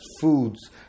foods